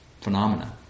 phenomena